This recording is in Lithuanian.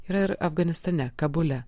yra ir afganistane kabule